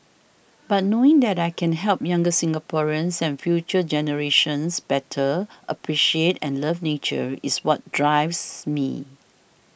but knowing that I can help younger Singaporeans and future generations better appreciate and love nature is what drives me